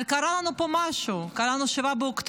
אבל קרה לנו פה משהו, קרה לנו 7 באוקטובר.